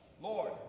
Lord